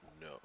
No